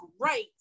great